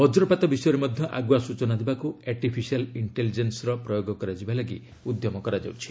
ବକ୍ରପାତ ବିଷୟରେ ମଧ୍ୟ ଆଗୁଆ ସୂଚନା ଦେବାକୁ ଆର୍ଟିଫିସିଆଲ୍ ଇଷ୍ଟେଲିଜେନ୍ସର ପ୍ରୟୋଗ କରାଯିବା ଲାଗି ଉଦ୍ୟମ ଚାଲିଛି